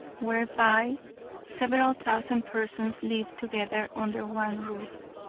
whereby several thousand persons lived together under one roof.